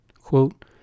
quote